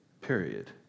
Period